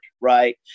right